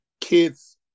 kids